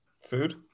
Food